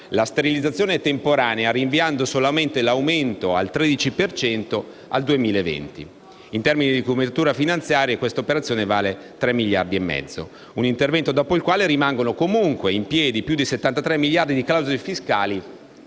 La sterilizzazione è temporanea, rinviando solamente l'aumento al 13 per cento al 2020. In termini di copertura finanziaria, quest'operazione vale 3,5 miliardi di euro. Si tratta di un intervento dopo il quale rimangono comunque in piedi più di 73 miliardi di clausole fiscali